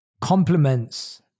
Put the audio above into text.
compliments